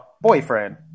Boyfriend